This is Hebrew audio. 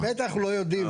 אנחנו בטח לא יודעים,